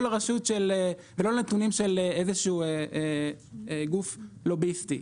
ולא לנתונים של איזשהו גוף לוביסטי.